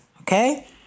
okay